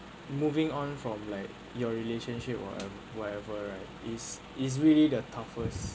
moving on from like your relationship or whatever right is is really the toughest